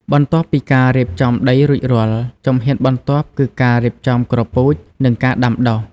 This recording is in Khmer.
បន្ទាប់ពីការរៀបចំដីរួចរាល់ ជំហានបន្ទាប់គឺការរៀបចំគ្រាប់ពូជ និងការដាំដុះ។